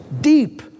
deep